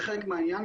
זה חלק מהעניין,